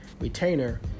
retainer